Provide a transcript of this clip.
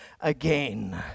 again